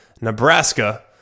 Nebraska